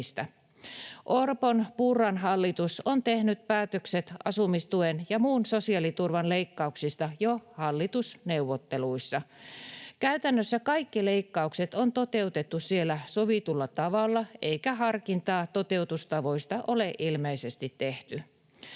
Orpon—Purran hallitus on tehnyt päätökset asumistuen ja muun sosiaaliturvan leikkauksista jo hallitusneuvotteluissa. Käytännössä kaikki leikkaukset on toteutettu siellä sovitulla tavalla, eikä harkintaa toteutustavoista ole ilmeisesti tehty.